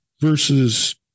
versus